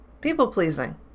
people-pleasing